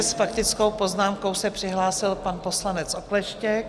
S faktickou poznámkou se přihlásil pan poslanec Okleštěk.